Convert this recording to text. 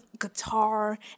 guitar